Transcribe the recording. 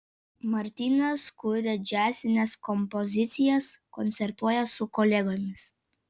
martynas kuria džiazines kompozicijas koncertuoja su kolegomis